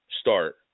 start